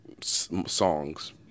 songs